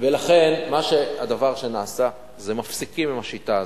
לכן, הדבר שנעשה, זה, מפסיקים עם השיטה הזאת.